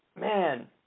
man